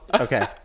Okay